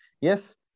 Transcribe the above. Yes